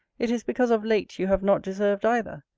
it is because of late you have not deserved either.